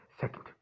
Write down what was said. second